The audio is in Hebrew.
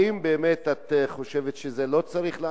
האם באמת את חושבת שזה לא צריך להיעשות,